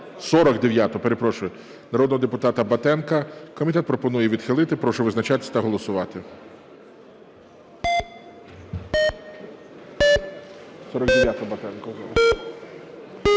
49-у, перепрошую, народного депутата Батенка. Комітет пропонує відхилити. Прошу визначатись та голосувати. 13:38:45